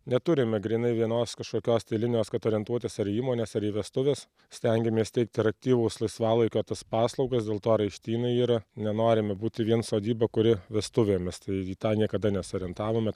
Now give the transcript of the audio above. neturime grynai vienos kažkokios tai linijos kad orientuotis ar į įmones ar į vestuves stengiamės teikti ir aktyvus laisvalaikio tas paslaugas dėl to ir aikštynai yra nenorime būti vien sodyba kuri vestuvėmis tai į tą niekada nesiorientavome